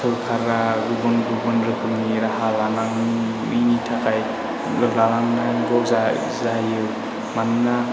सोरखारा गुबुन गुबुन रोखोमनि राहा लानाङो बिनि थाखाय गोबां बजा जायो मानोना